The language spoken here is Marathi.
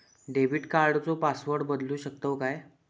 डेबिट कार्डचो पासवर्ड बदलु शकतव काय?